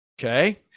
okay